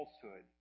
falsehood